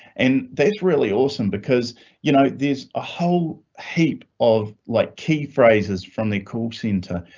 and that's really awesome because you know, there's a whole heap of like key phrases from the call center.